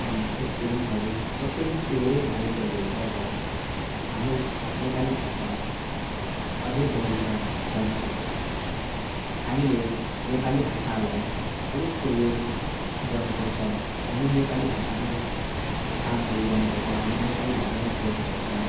स्पेलिङहरू सबै एउटै भएकोले गर्दा हाम्रो नेपाली भाषा अझै बढेर जानसक्छ हामीले नेपाली भाषालाई अलिक प्रयोग गर्नुपर्छ हामी नेपाली भाषामै कामहरू गर्नुपर्छ हामी नेपाली भाषामै पढ्नुपर्छ